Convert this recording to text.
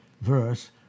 verse